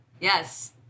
Yes